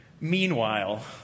Meanwhile